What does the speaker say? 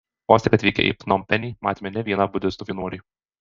vos tik atvykę į pnompenį matėme ne vieną budistų vienuolį